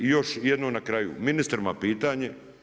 Još jednom na kraju, ministrima pitanje.